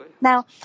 now